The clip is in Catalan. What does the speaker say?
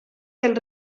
del